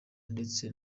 ndetse